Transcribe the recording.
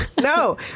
no